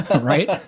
Right